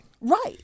Right